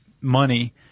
money